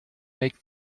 make